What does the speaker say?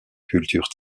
culture